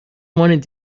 wanted